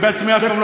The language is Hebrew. אני בעצמי אף פעם,